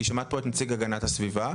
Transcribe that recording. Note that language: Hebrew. כי שמעת פה את נציג הגנת הסביבה.